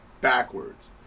backwards